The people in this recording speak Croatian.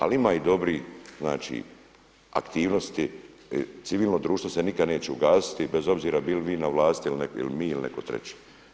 Ali ima i dobrih aktivnosti, civilno društvo se nikada neće ugasiti bez obzira bili vi na vlasti ili mi ili neko treći.